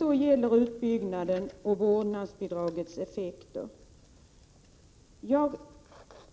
Så till frågan om utbyggnaden och vårdnadsbidragets effekter. Jag